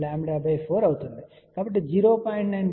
కాబట్టి 0